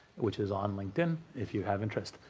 which is on linkedin if you have interest.